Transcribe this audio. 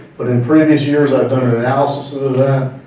but in previous years i've done an analysis of that,